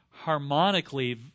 Harmonically